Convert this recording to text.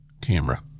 camera